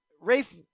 Rafe